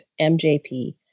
MJP